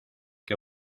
que